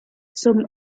zum